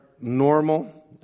normal